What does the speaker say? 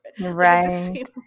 right